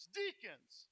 deacons